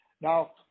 Now